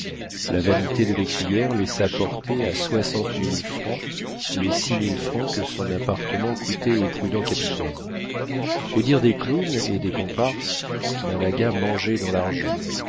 la vanité de l'écuyère laissa porter à soixante mille francs les six mille francs que son appartement coûtait au prudent capitaine au dire des clowns et des comparses malaga mangeait dans l'argent